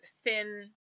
thin